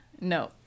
No